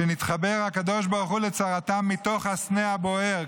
שנתחבר הקדוש ברוך הוא לצרתם מתוך הסנה הבוער.